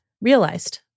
realized